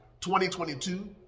2022